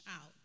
out